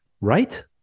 right